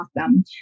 awesome